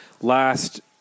last